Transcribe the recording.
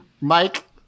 Mike